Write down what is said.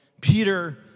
Peter